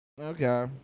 Okay